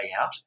out